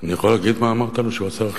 אני יכול להגיד מה אמרת לו?